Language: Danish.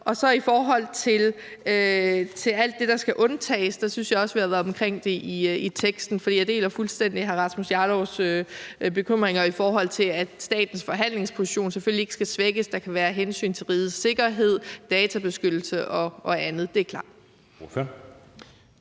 I forhold til alt det, der skal undtages, synes jeg også, at vi har været omkring det i teksten. For jeg deler fuldstændig hr. Rasmus Jarlovs bekymringer. Selvfølgelig skal statens forhandlingsposition ikke svækkes. Der kan være hensyn til rigets sikkerhed, databeskyttelse og andet; det er klart.